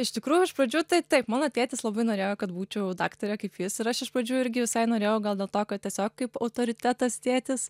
iš tikrųjų iš pradžių taip taip mano tėtis labai norėjo kad būčiau daktare kaip jis ir aš iš pradžių irgi visai norėjau gal dėl to kad tiesiog kaip autoritetas tėtis